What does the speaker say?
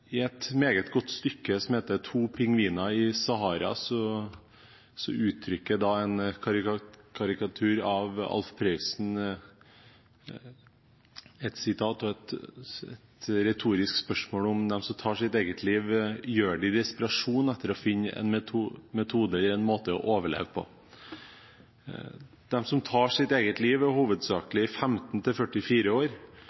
I et meget godt teaterstykke, som heter To pingviner i Sahara, uttrykker en karikatur av Alf Prøysen et sitat og et retorisk spørsmål når han spør om de som tar sitt eget liv, gjør det i desperasjon etter å finne en metode for å overleve på. De som tar sitt eget liv er